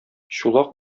чулак